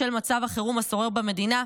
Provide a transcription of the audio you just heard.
בשל מצב החירום השורר במדינה,